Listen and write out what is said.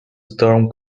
storm